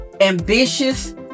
Ambitious